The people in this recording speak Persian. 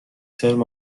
ترم